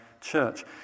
church